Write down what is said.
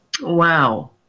Wow